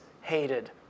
hated